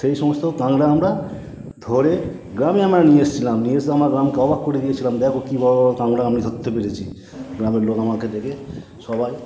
সেই সমস্ত কাঁংড়া আমরা ধরে গ্রামে আমরা নিয়ে এসেছিলাম নিয়ে এসে আমরা গ্রামকে অবাক করে দিয়েছিলাম দেখো কি বড়ো বড়ো কাঁংড়া আমি ধরতে পেরেছি গ্রামের লোক আমাকে দেখে সবাই